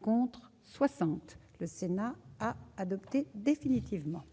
contre 60, le Sénat a adopté définitivement.